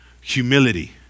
humility